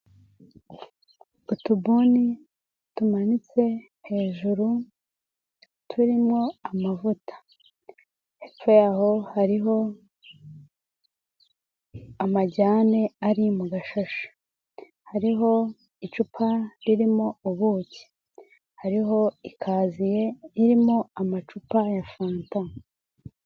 Utubuni tumanitse hejuru turimo amavuta, hepfo yaho hariho amajyane ari mu gashashi, hariho icupa ririmo ubuki, hariho ikaziye irimo amacupa ya fanta.